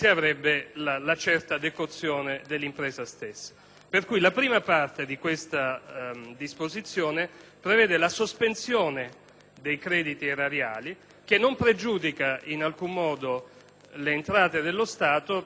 stessa. La prima parte di questa disposizione prevede la sospensione dei crediti erariali, che non pregiudica in alcun modo le entrate dello Stato, perché se l'azienda dovesse essere restituita,